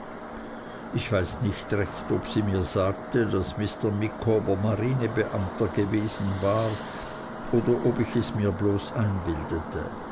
ich weiß nicht mehr recht ob sie mir sagte daß mr micawber marinebeamter gewesen war oder ob ich es mir bloß einbildete